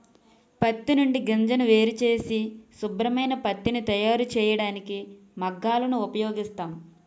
పత్తి నుండి గింజను వేరుచేసి శుభ్రమైన పత్తిని తయారుచేయడానికి మగ్గాలను ఉపయోగిస్తాం